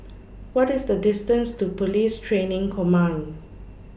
What IS The distance to Police Training Command